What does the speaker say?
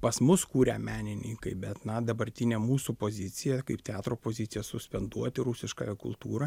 pas mus kūrę menininkai bet na dabartinė mūsų pozicija kaip teatro pozicija suspenduoti rusiškąją kultūrą